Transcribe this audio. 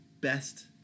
best